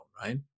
right